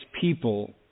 people